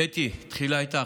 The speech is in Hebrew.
קטי, תחילה איתך.